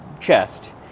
chest